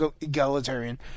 egalitarian